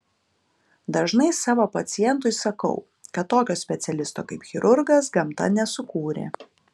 dažnai savo pacientui sakau kad tokio specialisto kaip chirurgas gamta nesukūrė